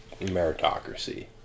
meritocracy